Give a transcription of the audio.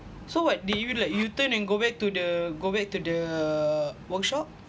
so what do you like you turn and go back to the go back to the workshop